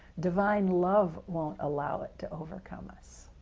divine love won't allow it to overcome us.